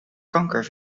kanker